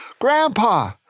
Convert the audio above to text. Grandpa